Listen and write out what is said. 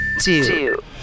two